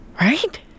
Right